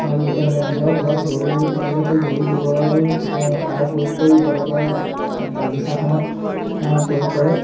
আৰু নিজৰ ঘৰত গৰু থাকিলে সেই গৰু গোবৰো সাৰ প্ৰয়োগ কৰি তেওঁলোকে বাগিচাখনত প্ৰয়োগ কৰে